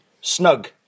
snug